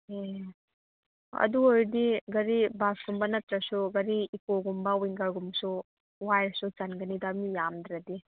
ꯎꯝ ꯑꯗꯨ ꯑꯣꯏꯔꯗꯤ ꯒꯥꯔꯤ ꯕꯁꯀꯨꯝꯕ ꯅꯠꯇ꯭ꯔꯁꯨ ꯒꯥꯔꯤ ꯏꯀꯣꯒꯨꯝꯕ ꯋꯤꯡꯒꯔꯒꯨꯝꯕꯁꯨ ꯋꯥꯏꯔꯁꯨ ꯆꯟꯒꯅꯤꯗ ꯃꯤ ꯌꯥꯝꯗ꯭ꯔꯗꯤ